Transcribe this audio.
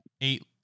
Eight